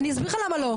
אני אסביר לך למה לא,